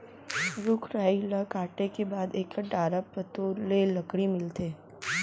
रूख राई ल काटे के बाद एकर डारा पतोरा ले लकड़ी मिलथे